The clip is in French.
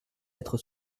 d’être